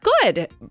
good